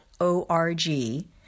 O-R-G